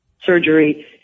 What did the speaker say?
surgery